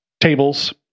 tables